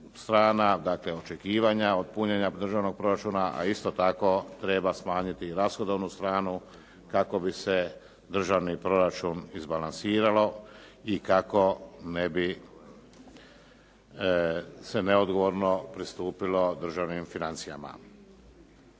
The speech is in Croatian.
dakle očekivanja od punjenja državnog proračuna, a isto tako treba smanjiti i rashodovnu stranu kako bi se državni proračun izbalansirao i kako ne bi se neodgovorno pristupilo državnim financijama.